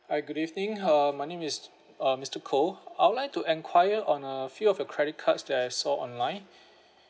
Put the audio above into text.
hi good evening uh my name is um mister koh I'd like to enquiry on a few of the credit cards that I saw online